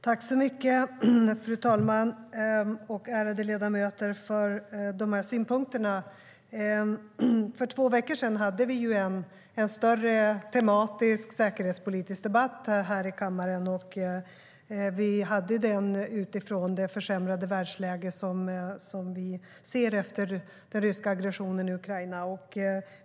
För två veckor sedan hade vi en större tematisk säkerhetspolitisk debatt här i kammaren, och vi hade den utifrån det försämrade världsläge som vi ser efter den ryska aggressionen i Ukraina.